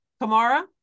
Kamara